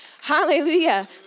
Hallelujah